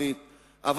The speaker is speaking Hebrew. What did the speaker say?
לא.